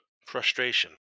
frustration